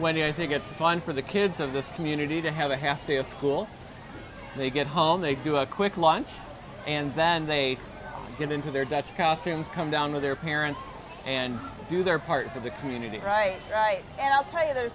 wendy i think it's fun for the kids of this community to have a half day of school they get home they do a quick lunch and then they get into their dutch costumes come down with their parents and do their part for the community right right and i'll tell you the